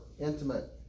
intimate